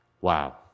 Wow